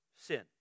sin